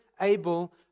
able